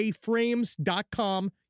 frames.com